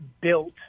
built